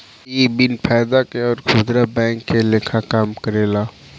इ बिन फायदा के अउर खुदरा बैंक के लेखा काम करेला